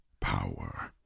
power